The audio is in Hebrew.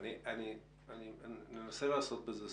אני מנסה לעשות סדר.